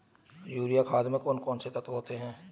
Urea खाद में कौन कौन से तत्व होते हैं?